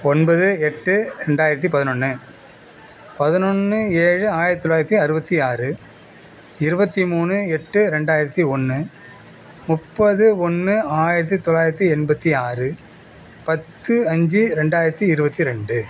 ஒன்பது எட்டு ரெண்டாயிரத்தி பதினொன்று பதினொன்று ஏழு ஆயிரத்தி தொள்ளாயிரத்தி அறுபத்தி ஆறு இருபத்தி மூணு எட்டு ரெண்டாயிரத்தி ஒன்று முப்பது ஒன்று ஆயிரத்தி தொள்ளாயித்தி எண்பத்தி ஆறு பத்து அஞ்சு ரெண்டாயித்தி இருபத்தி ரெண்டு